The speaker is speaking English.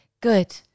Good